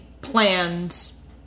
plans